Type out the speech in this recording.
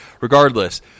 regardless